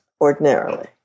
ordinarily